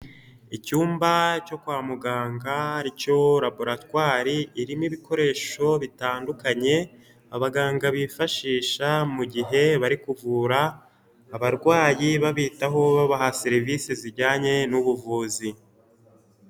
Icyumba cyo kwa muganga cyo raboratwari irimo ibikoresho bitandukanye, abaganga bifashisha mu gihe bari kuvura abarwayi babitaho babaha serivisi zijyanye n'ubuvuzi.